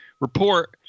report